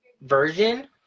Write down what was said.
version